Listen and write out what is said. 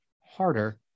harder